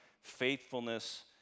faithfulness